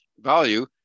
value